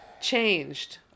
changed